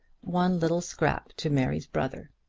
one little scrap to mary's brother.